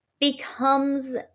becomes